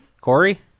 Corey